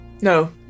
No